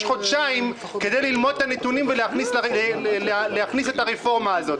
חודשיים ללמוד את הנתונים ולהכניס את הרפורמה המדוברת".